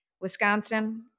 Wisconsin